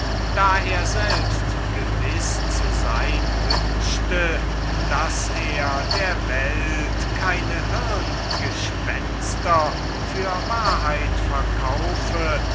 da er selbst gewiß zu sein wünschte daß er der welt keine hirngespenster für wahrheit verkaufe